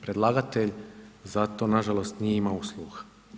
Predlagatelj za to nažalost nije imao sluha.